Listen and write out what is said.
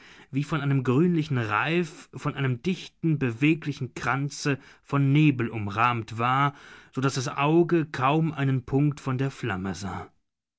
wie von einem grünlichen reif von einem dichten beweglichen kranze von nebel umrahmt war so daß das auge kaum einen punkt von der flamme sah